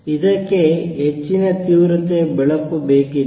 ಇದಕ್ಕೆ ಹೆಚ್ಚಿನ ತೀವ್ರತೆಯ ಬೆಳಕು ಬೇಕಿತ್ತು